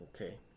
okay